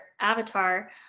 avatar